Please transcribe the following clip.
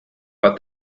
but